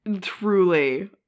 Truly